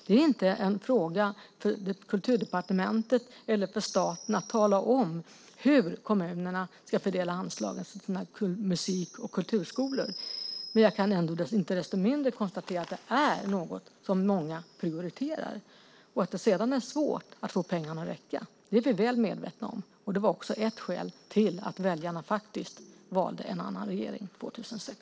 Det är inte en fråga för Kulturdepartementet eller för staten att tala om hur kommunerna ska fördela anslagen till sina musik och kulturskolor, men jag kan inte desto mindre konstatera att det är något som många prioriterar. Att det sedan är svårt att få pengarna att räcka är vi väl medvetna om, och det var ett skäl till att väljarna valde en annan regering 2006.